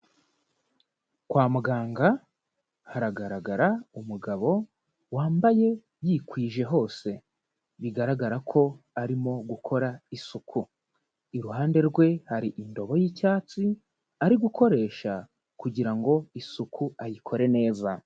Kwa muganga haragaragara umugabo wambaye yikwije hose bigaragara ko arimo gukora isuku, iruhande rwe hari indobo y'icyatsi ari gukoresha kugira ngo isuku ayikore neza.